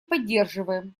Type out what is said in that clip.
поддерживаем